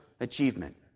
achievement